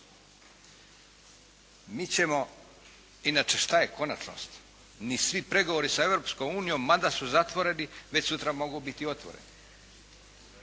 Mi ćemo, inače šta je konačnost? Ni svi pregovori sa Europskom unijom mada su zatvoreni već sutra mogu biti otvoreni.